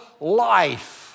life